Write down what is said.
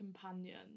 companion